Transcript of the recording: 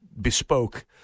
Bespoke